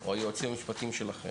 או היועצים המשפטיים שלכם,